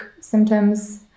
symptoms